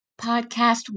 podcast